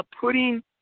putting